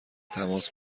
تماس